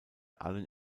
allen